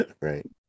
Right